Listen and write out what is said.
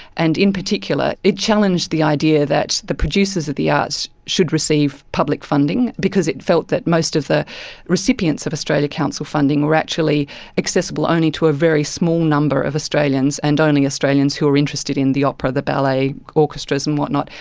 and in particular it challenged the idea that the producers of the arts should receive public funding, because it felt that most of the recipients of australia council funding were actually accessible only to a very small number of australians and only australians who were interested in the opera, the ballet, orchestras and whatnot,